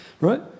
right